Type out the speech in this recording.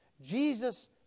Jesus